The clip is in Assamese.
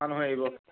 মানুহে এৰিব